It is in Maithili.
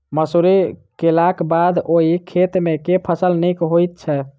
मसूरी केलाक बाद ओई खेत मे केँ फसल नीक होइत छै?